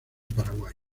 paraguay